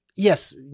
Yes